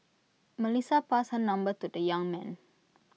Melissa passed her number to the young man